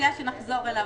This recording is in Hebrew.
תיקון מאוד חשוב לטעמי.